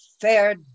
fair